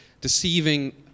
deceiving